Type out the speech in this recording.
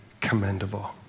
commendable